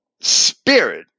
spirit